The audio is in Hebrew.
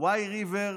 Wye River,